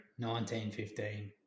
1915